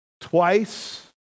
twice